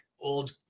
old